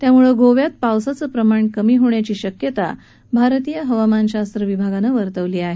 त्यामुळे गोव्यात पावसाचं प्रमाण कमी होण्याची शक्यता भारतीय हवामान विभागानं वर्तवली आहे